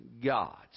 God's